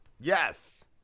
Yes